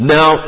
Now